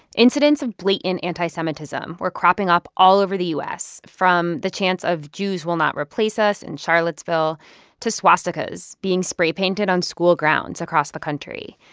incidents of blatant anti-semitism were cropping up all over the u s, from the chants of jews will not replace us in charlottesville to swastikas being spray-painted on school grounds across the country.